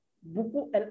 beaucoup